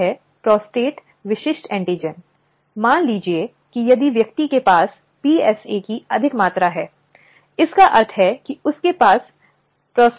अब इसने दिशा निर्देश निर्धारित किए हैं कि यह संगठनों के नियोक्ताओं पर कुछ कर्तव्यों को निर्धारित करता है